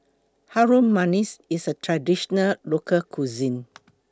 Harum Manis IS A Traditional Local Cuisine